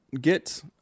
get